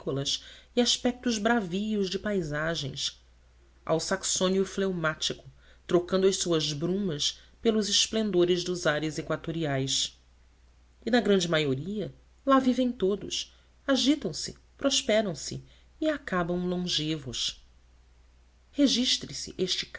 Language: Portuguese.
silvícolas e aspetos bravios de paisagens ao saxônio fleumático trocando as suas brumas pelos esplendores dos ares equatoriais e na grande maioria lá vivem todos agitam se prosperam e acabam longevos registre se este